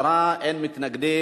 עשרה בעד, אין מתנגדים.